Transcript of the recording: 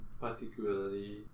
particularly